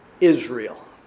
Israel